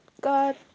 God